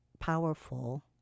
Powerful